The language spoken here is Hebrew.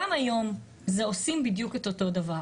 גם היום עושים בדיוק את אותו הדבר,